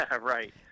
Right